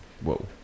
Whoa